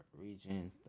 Region